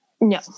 no